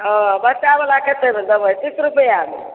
बच्चाबला कतेकमे देबै तीस रुपआ मे